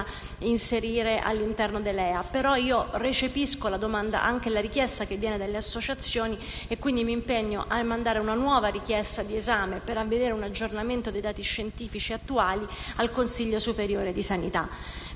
inserire all'interno dei LEA, però recepisco la domanda e anche la richiesta che viene dalle associazioni e quindi mi impegno a mandare una nuova richiesta di esame, per avere un aggiornamento dei dati scientifici attuali, al Consiglio superiore di sanità.